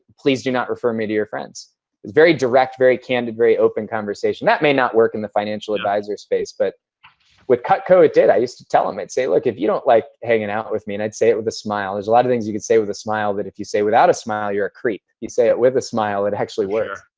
please do not refer me to your friends. it's very direct, very candid, very open conversation. that may not work in the financial advisor space. but with cutco, it did. i used to tell them. i'd say, look, if you don't like hanging out with me, and i'd say it with a smile. there's a lot of things you could say with a smile that if you say without a smile, you're a creep. you say it with a smile, it actually works.